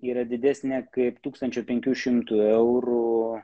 yra didesnė kaip tūkstančio penkių šimtų eurų